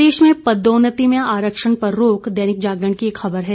प्रदेश में पदोन्नति में आरक्षण पर रोक दैनिक जागरण की एक खबर है